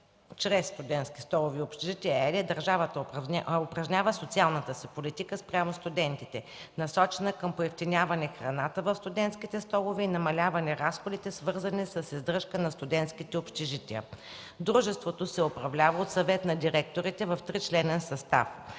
Дружеството се управлява от Съвет на директорите в тричленен състав,